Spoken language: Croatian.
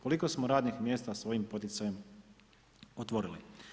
Koliko smo radnih mjesta svojim poticanjem otvorili?